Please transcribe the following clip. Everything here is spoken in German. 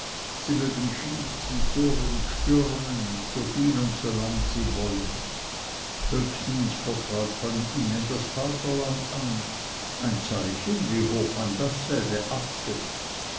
sie mögen schießen surren stürmen so viel und so lange sie wollen höchstens vertraut man ihnen das vaterland an ein zeichen wie hoch man dasselbe achtet